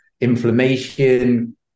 inflammation